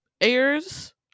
airs